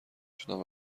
شدم